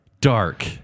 Dark